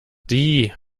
die